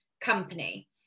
company